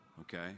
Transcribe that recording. okay